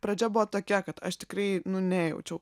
pradžia buvo tokia kad aš tikrai nu nejaučiau